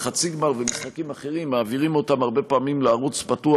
חצי גמר ומשחקים אחרים מעבירים הרבה פעמים לערוץ פתוח,